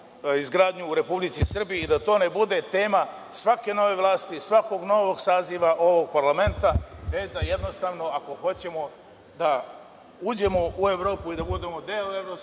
izgradnju u Republici Srbiji i da to ne bude tema svake nove vlasti, svakog novog saziva ovog parlamenta, već da jednostavno ako hoćemo da uđemo u Evropu i da budemo deo evropskih